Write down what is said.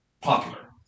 popular